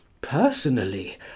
Personally